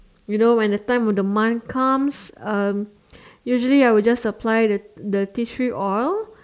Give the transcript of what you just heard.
you know when the time of the month comes um usually I will just apply the the tea tree oil